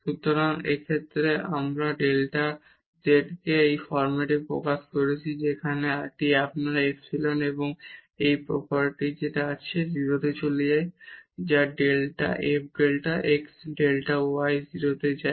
সুতরাং এই ক্ষেত্রে আমরা এই ডেল্টা z কে এই ফর্মটিতে প্রকাশ করেছি যেখানে এটি আপনার এপসাইলনএবং যার এই প্রপার্টি আছে যেটি 0 তে যায় যখন f delta x delta y 0 তে যায়